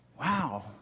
Wow